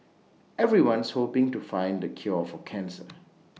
everyone's hoping to find the cure for cancer